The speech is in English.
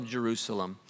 Jerusalem